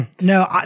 no